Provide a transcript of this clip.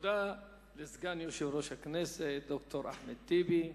תודה לסגן יושב-ראש הכנסת ד"ר אחמד טיבי.